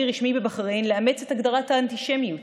רשמי בבחריין לאמץ את הגדרת האנטישמיות